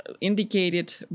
indicated